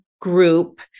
group